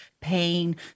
pain